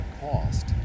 cost